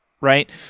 right